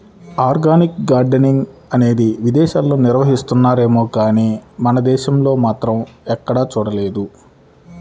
organic gardening అనేది విదేశాల్లో నిర్వహిస్తున్నారేమో గానీ మన దేశంలో మాత్రం ఎక్కడా చూడలేదు